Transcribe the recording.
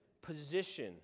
position